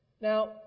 Now